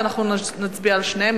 ואז נצביע על שניהם,